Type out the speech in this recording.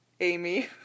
Amy